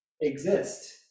exist